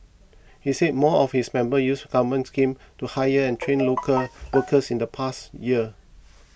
he said more of its members used government schemes to hire and train local workers in the past year